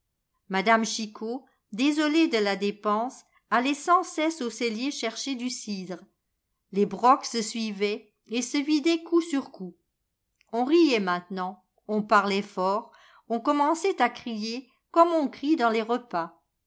m chicot désolée de la dépense allait sans cesse au cellier chercher du cidre les brocs se suivaient et se vidaient coup sur coup on riait maintenant on parlait fort on commençait à crier comme on crie dans les repas